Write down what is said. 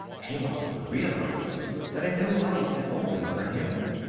hayloft realised that a new life had opened for him.